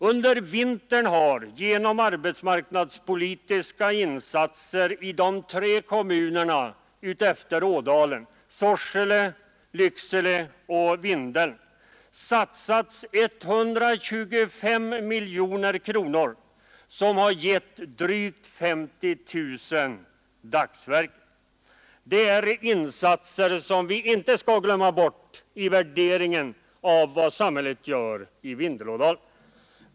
Under vintern har genom arbetsmarknadspolitiska insatser i de tre kommunerna utefter ådalen — Sorsele, Lycksele och Vindeln — satsats 125 miljoner kronor som gett drygt 50 000 dagsverken. Det är insatser som vi inte skall glömma bort i värderingen av vad samhället gör i området.